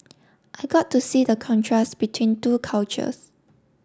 I got to see the contrast between two cultures